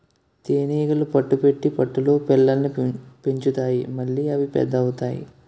తేనీగలు పట్టు పెట్టి పట్టులో పిల్లల్ని పెంచుతాయి మళ్లీ అవి పెద్ద అవుతాయి